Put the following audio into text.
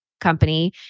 company